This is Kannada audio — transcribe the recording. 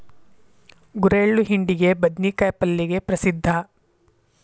ಗುರೆಳ್ಳು ಹಿಂಡಿಗೆ, ಬದ್ನಿಕಾಯ ಪಲ್ಲೆಗೆ ಪ್ರಸಿದ್ಧ